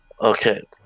Okay